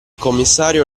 commissario